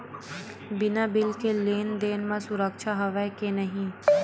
बिना बिल के लेन देन म सुरक्षा हवय के नहीं?